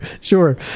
sure